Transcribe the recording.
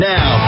Now